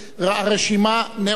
הרשימה נעולה.